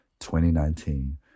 2019